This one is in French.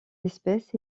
espèce